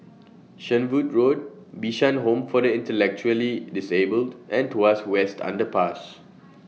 Shenvood Road Bishan Home For The Intellectually Disabled and Tuas West Underpass